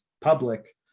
public